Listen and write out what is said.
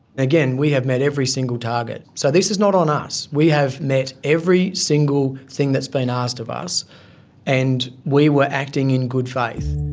again, we have met every single target. so this is not on us. we have met every single thing that's been asked of us and we were acting in good faith.